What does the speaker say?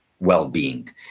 well-being